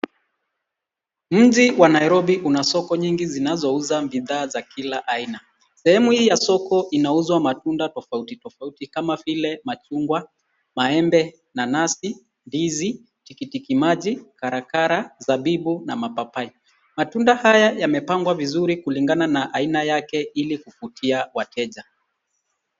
Mji wa Nairobi una soko nyingi zinazouza bidhaa za kila aina. Sehemu hii ya soko inauzwa matunda tofauti tofauti kama vile: machungwa, maembe, nanasi, ndizi, tikitiki maji, karakara, zabibu na mapapai. Matunda haya yamepangwa vizuri kulingana na aina yake ilikuvutia wateja.